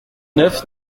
neuf